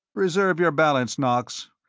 preserve your balance, knox.